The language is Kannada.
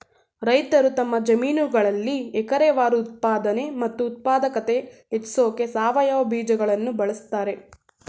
ರೈತರು ತಮ್ಮ ಜಮೀನುಗಳಲ್ಲಿ ಎಕರೆವಾರು ಉತ್ಪಾದನೆ ಮತ್ತು ಉತ್ಪಾದಕತೆ ಹೆಚ್ಸೋಕೆ ಸಾವಯವ ಬೀಜಗಳನ್ನು ಬಳಸ್ತಾರೆ